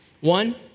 One